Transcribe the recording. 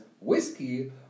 whiskey